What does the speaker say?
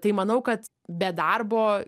tai manau kad be darbo